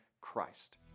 Christ